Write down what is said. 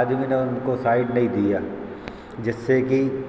आदमी ने उनको साइड नहीं दिया जिससे कि